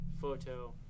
Photo